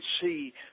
see